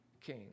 king